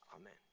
Amen